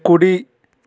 కుడి